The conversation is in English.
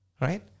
Right